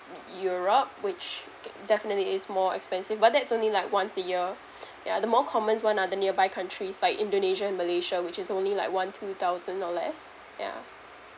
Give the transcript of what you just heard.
europe which definitely is more expensive but that's only like once a year ya the more commons one are the nearby countries like indonesia and malaysia which is only like one two thousand or less yeah